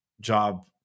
job